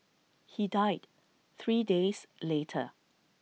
he died three days later